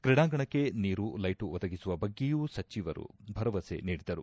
ತ್ರೀಡಾಂಗಣಕ್ಕೆ ನೀರು ಲೈಟು ಒದಗಿಸುವ ಬಗ್ಗೆಯೂ ಸಚಿವರು ಭರವಸೆ ನೀಡಿದರು